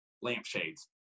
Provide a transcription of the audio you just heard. lampshades